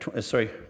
sorry